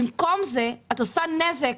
במקום זה את עושה נזק.